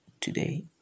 today